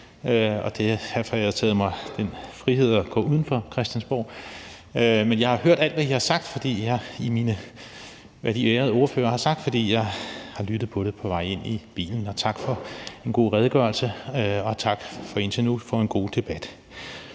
og det er derfor, jeg har taget mig den frihed at gå uden for Christiansborg. Men jeg har hørt alt, hvad de ærede ordførere har sagt, fordi jeg har lyttet til det på vej herind i bilen. Tak for en god redegørelse, og tak for en indtil